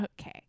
Okay